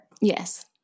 Yes